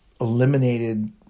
eliminated